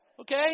Okay